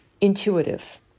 intuitive